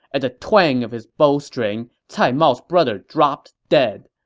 at the twang of his bowstring, cai mao's brother dropped dead.